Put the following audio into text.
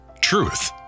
Truth